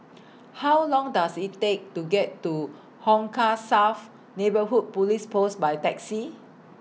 How Long Does IT Take to get to Hong Kah South Neighbourhood Police Post By Taxi